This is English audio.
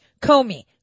Comey